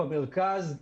במרכזו,